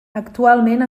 actualment